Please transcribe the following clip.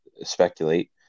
speculate